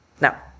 Now